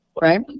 right